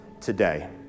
today